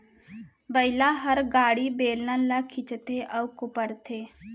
बइला हर गाड़ी, बेलन ल खींचथे अउ कोपरथे